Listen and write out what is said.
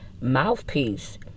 mouthpiece